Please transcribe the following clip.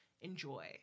enjoy